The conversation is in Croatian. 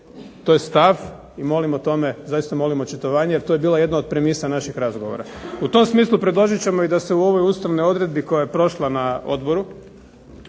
to je stav i molim o tome očitovanje jer to je bila jedna od premisa naših razgovora. U tom smislu predložit ćemo da se u ovoj Ustavnoj odredbi koja je prošla na Odboru,